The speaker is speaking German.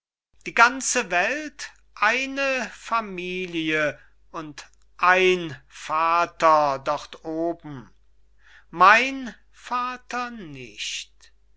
die ganze welt eine familie und ein vater dort oben mein vater nicht